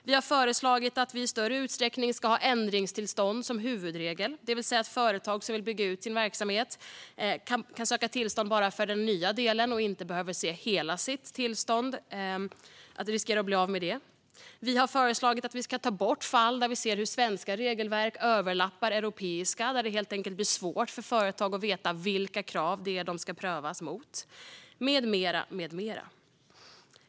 Vi har föreslagit att vi i större utsträckning ska ha ändringstillstånd som huvudregel, det vill säga att företag som vill bygga ut sin verksamhet kan söka tillstånd bara för den nya delen och behöver då inte riskera att bli av med hela sitt tillstånd. Vi har föreslagit att vi ska ta bort fall där svenska regelverk överlappar europeiska och där det helt enkelt blir svårt för företag att veta vilka krav de ska prövas mot - med mera.